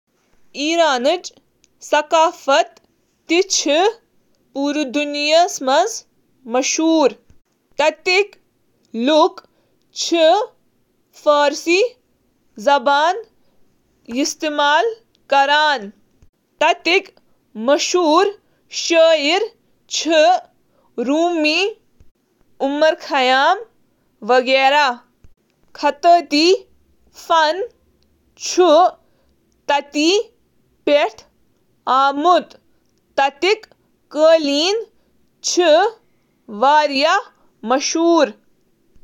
ایرانٕچ ثقافت ,فارسی: فریاسنگ ایران, یا فارسٕچ ثقافت چِھ دنیاہس منز ساروی کھوتہٕ قدیم تہٕ ساروی کھوتہٕ زیادٕہ بااثر لوکن منز اکھ۔ ایران (فارس) چُھ بٔڑِس پیمانس پیٹھ تہذیب کین گوڈن منز اکھ سمجِنہٕ یوان۔ دنیاہس منز چُھ ایمکہِ غالب جیو پولیٹیکل پوزیشن کہِ وجہ سٕتۍ۔ ایرانٕچ ثقافت چِھ قدیم قبل از اسلامی ثقافت تہٕ اسلٲمی ثقافتُک مرکب۔ ایران یمو فن، ادب، شاعری، موسیقی، کھین تہٕ فن تعمیرک اکھ بھرپور ثقافت چُھ بنومُت۔